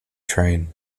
train